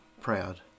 proud